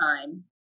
time